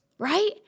right